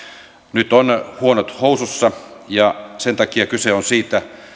nyt on huonot housussa ja sen takia kyse on siitä